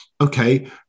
okay